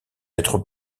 être